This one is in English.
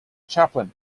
chaplain